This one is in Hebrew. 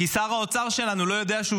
אתם יודעים למה?